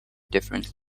different